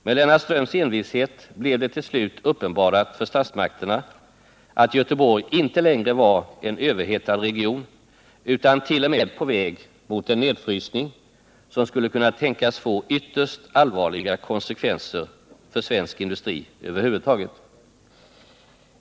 Med Lennart Ströms envishet blev det till slut uppenbarat för statsmakterna att Göteborg inte längre var en överhettad region utan t.o.m. på väg mot en nedfrysning, som skulle kunna tänkas få ytterst allvarliga konsekvenser för svensk industri över huvud taget.